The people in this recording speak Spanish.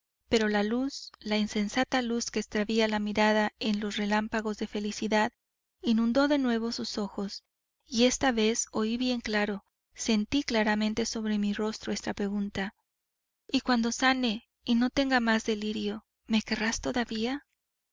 pero la luz la insensata luz que extravía la mirada en los relámpagos de felicidad inundó de nuevo sus ojos y esta vez oí bien claro sentí claramente sobre mi rostro esta pregunta y cuando sane y no tenga más delirio me querrás todavía